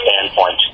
standpoint